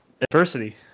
Adversity